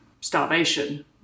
starvation